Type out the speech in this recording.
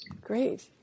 Great